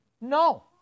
No